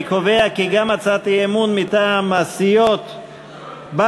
אני קובע כי גם הצעת האי-אמון מטעם סיעות בל"ד,